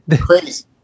Crazy